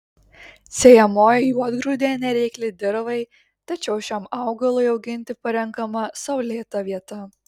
sėjamoji juodgrūdė nereikli dirvai tačiau šiam augalui auginti parenkama saulėta vieta